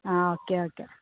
ആ okay okay